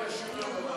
בכבוד.